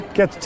Get